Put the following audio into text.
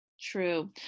true